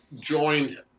joined